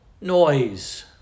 noise